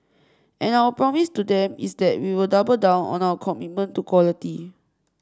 and our promise to them is that we will double down on our commitment to quality